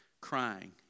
crying